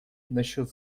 насчет